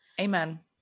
amen